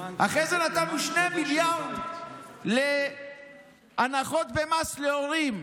אחרי זה נתנו 2 מיליארד להנחות במס להורים.